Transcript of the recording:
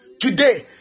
today